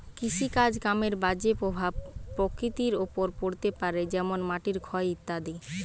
কৃষিকাজ কামের বাজে প্রভাব প্রকৃতির ওপর পড়তে পারে যেমন মাটির ক্ষয় ইত্যাদি